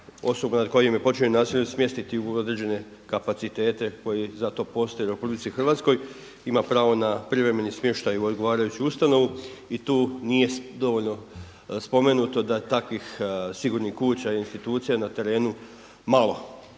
osobu nad kojim je počinjeno nasilje smjestiti u određene kapacitete koji za to postoje u RH. Ima pravo na privremeni smještaj u odgovarajuću ustanovu i tu nije dovoljno spomenuto da takvih sigurnih kuća i institucija na terenu malo,